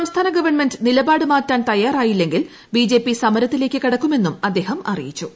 സംസ്ഥാന ഗവൺമെന്റ് നിലപാട് മാറ്റാൻ തയാറായില്ലെങ്കിൽ ്ബി ജെ പി സമരത്തിലേക്ക് കടക്കുമെന്നും അദ്ദേഹം അറിയിച്ചു